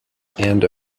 and